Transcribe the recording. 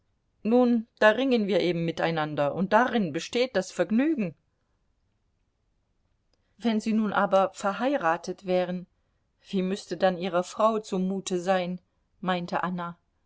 nun da ringen wir eben miteinander und darin besteht das vergnügen wenn sie nun aber verheiratet wären wie müßte dann ihrer frau zumute sein meinte anna